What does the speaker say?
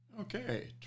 Okay